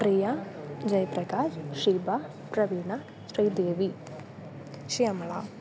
प्रिया जयप्रकाशः श्रीभा प्रवीणा श्रीदेवी श्यामला